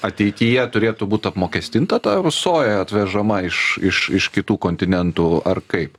ateityje turėtų būt apmokestinta ta soja atvežama iš iš iš kitų kontinentų ar kaip